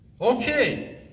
Okay